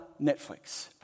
Netflix